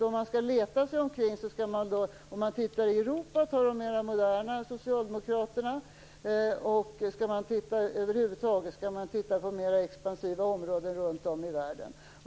Om man ska se sig omkring i Europa skall man titta på de mera moderna socialdemokraterna. Och om man ska se sig omkring över huvud taget skall man titta på mera expansiva områden runt om i världen.